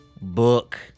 book